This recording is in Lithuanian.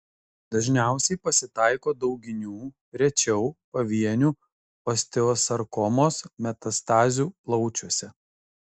dažniausiai pasitaiko dauginių rečiau pavienių osteosarkomos metastazių plaučiuose